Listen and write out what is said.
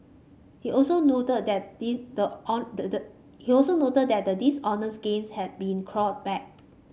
he also noted that the he also noted that the dishonest gains had been clawed back